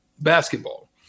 basketball